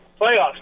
playoffs